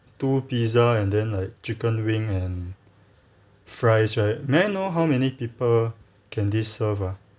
two pizza and then like chicken wing and fries right may I know how many people can this serve ah